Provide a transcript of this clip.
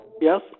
Yes